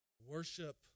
Worship